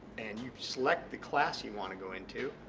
and you select the class you want to go into.